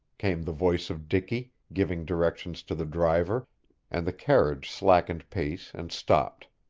came the voice of dicky, giving directions to the driver and the carriage slackened pace and stopped.